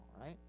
right